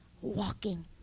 walking